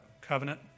Covenant